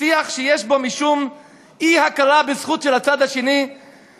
שיח שיש בו משום אי-הכרה בזכות של הצד האחר